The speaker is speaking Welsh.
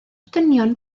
dynion